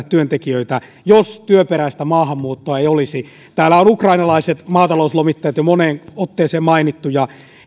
työntekijöitä jos työperäistä maahanmuuttoa ei olisi täällä on on ukrainalaiset maatalouslomittajat jo moneen otteeseen mainittu